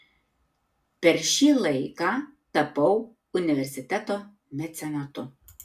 per šį laiką tapau universiteto mecenatu